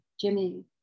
Jimmy